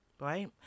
Right